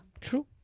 True